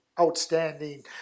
outstanding